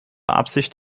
absicht